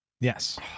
Yes